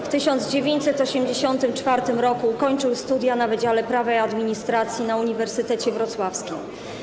W 1984 r. ukończył studia na Wydziale Prawa i Administracji na Uniwersytecie Wrocławskim.